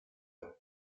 heart